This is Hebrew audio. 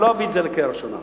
לא אביא את זה לקריאה ראשונה,